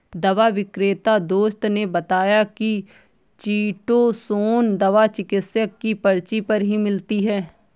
दवा विक्रेता दोस्त ने बताया की चीटोसोंन दवा चिकित्सक की पर्ची पर ही मिलती है